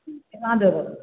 केना देबै